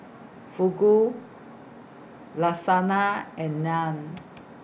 Fugu Lasagna and Naan